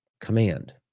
command